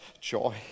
joy